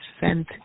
sent